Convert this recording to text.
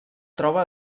troba